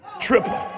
triple